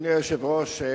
אדוני היושב-ראש,